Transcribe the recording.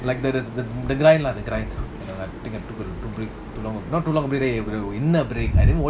like the the the grind lah the grind lah not too long I didn't watch one movie ya I wanted to watch a bloody movie I wanted to watch today ended up watching two